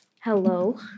hello